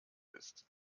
ist